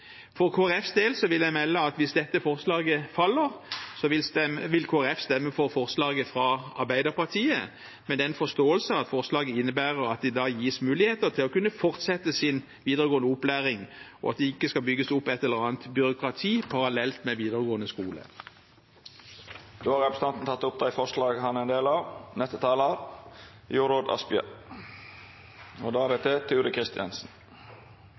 For Kristelig Folkepartis del vil jeg melde at hvis dette forslaget faller, vil vi stemme for forslaget fra Arbeiderpartiet, med den forståelse at forslaget innebærer at de da gis muligheter til å kunne fortsette sin videregående opplæring, og at det ikke skal bygges opp et eller annet byråkrati parallelt med videregående skole. Representanten Hans Fredrik Grøvan har teke opp det forslaget han refererte til. Det representantforslaget vi har til behandling i dag, om en